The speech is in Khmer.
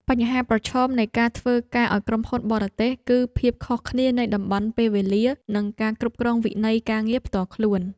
បញ្ហាប្រឈមនៃការធ្វើការឱ្យក្រុមហ៊ុនបរទេស គឺភាពខុសគ្នានៃតំបន់ពេលវេលា និងការគ្រប់គ្រងវិន័យការងារផ្ទាល់ខ្លួន។